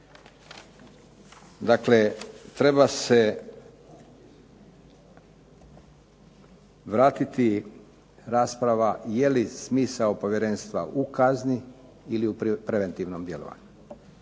Dakle, treba se vratiti rasprava je li smisao povjerenstva u kazni ili u preventivnom djelovanju?